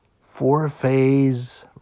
four-phase